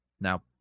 Now